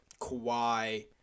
Kawhi